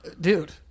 Dude